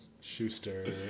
Schuster